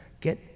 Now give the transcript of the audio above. get